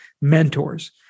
Mentors